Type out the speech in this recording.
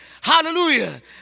Hallelujah